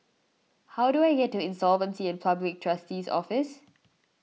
how do I get to Insolvency and Public Trustee's Office